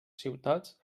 ciutats